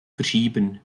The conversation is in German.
verschieben